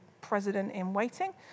president-in-waiting